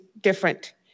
different